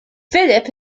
phillip